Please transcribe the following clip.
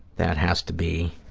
that has to be,